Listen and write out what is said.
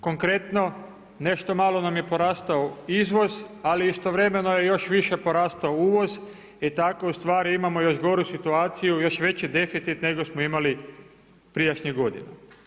Konkretno, nešto malo nam je porastao izvoz, ali i istovremeno je još više porastao uvoz i tako ustvari imamo još goru situaciju, još veći deficit nego smo imali prijašnjih godina.